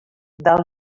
del